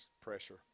pressure